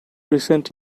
recent